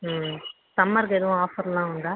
ம் சம்மருக்கு எதுவும் ஆஃபரெலாம் உண்டா